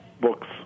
books